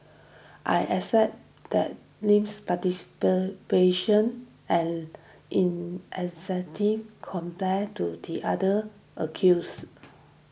I accept that Lim's participation and in a sentive compared to the other accused